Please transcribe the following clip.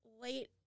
late